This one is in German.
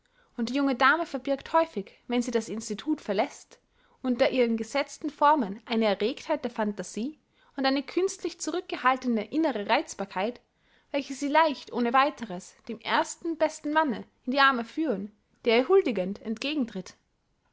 und die junge dame verbirgt häufig wenn sie das institut verläßt unter ihren gesetzten formen eine erregtheit der phantasie und eine künstlich zurückgehaltene innere reizbarkeit welche sie leicht ohne weiteres dem ersten besten manne in die arme führen der ihr huldigend entgegentritt